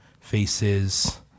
Faces